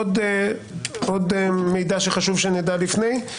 עוד מידע שחשוב שנדע לפני?